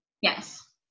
Yes